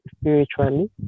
spiritually